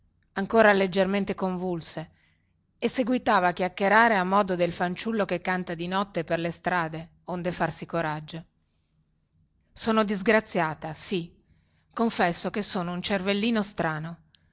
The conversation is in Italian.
ancora leggermente convulse e seguitava a chiacchierare a modo del fanciullo che canta di notte per le strade onde farsi coraggio sono stata disgraziata sì confesso che sono un cervellino strano